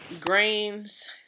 grains